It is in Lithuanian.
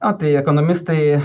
o tai ekonomistai